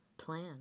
plan